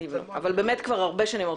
אבל באמת כבר הרבה שנים לא נבנו.